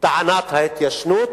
טענת ההתיישנות.